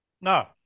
No